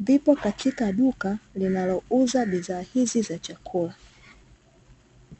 vipo katika duka linalouza bidhaa hizo za chakula.